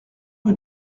rue